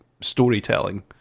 storytelling